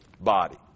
body